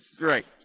Right